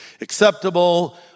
acceptable